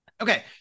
okay